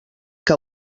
que